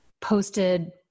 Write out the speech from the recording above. posted